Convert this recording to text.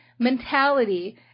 mentality